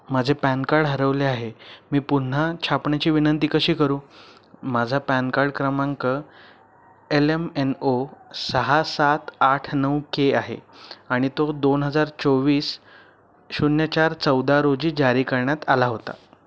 माझे PAN card हरवले आहे मी पुन्हा छापण्याची विनंती कशी करू माझा पॅन कार्ड क्रमांक एल एम एन ओ सहा सात आठ नऊ के आहे आणि तो दोन हजार चोवीस शून्य चार चौदा रोजी जारी करण्यात आला होता